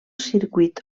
circuit